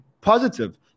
positive